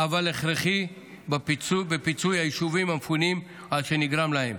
אבל הכרחי בפיצוי היישובים המפונים על שנגרם להם.